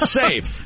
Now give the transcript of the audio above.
safe